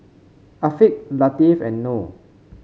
Afiq Latif and Noh